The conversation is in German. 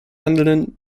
handelnden